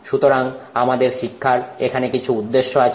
সুতরাং আমাদের শিক্ষার এখানে কিছু উদ্দেশ্য আছে